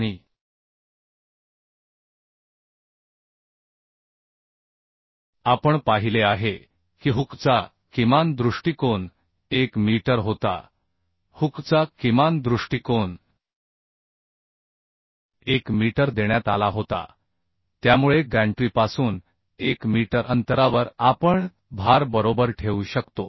आणि आपण पाहिले आहे की हुकचा किमान दृष्टीकोन 1 मीटर होता हुकचा किमान दृष्टीकोन 1 मीटर देण्यात आला होता त्यामुळे गॅन्ट्रीपासून 1 मीटर अंतरावर आपण भार बरोबर ठेवू शकतो